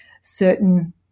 certain